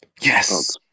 Yes